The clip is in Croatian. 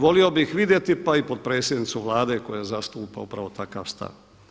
Volio bih vidjeti pa i potpredsjednicu Vlade koja zastupa upravo takav stav.